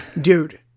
dude